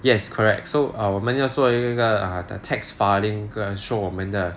yes correct so err 我们要做一个个 err tax filing show 我们的